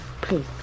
Please